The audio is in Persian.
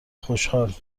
خوشحال